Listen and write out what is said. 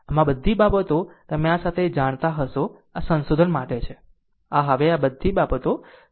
આમ આ બધી બાબતો તમે આ સાથે જાણતા હશો આ સંશોધન માટે છે આ હવે આ બધી બાબતો સમજવા માટે છે